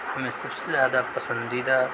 ہمیں سب سے زیادہ پسندیدہ